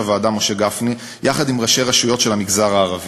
הוועדה משה גפני יחד עם ראשי רשויות במגזר הערבי.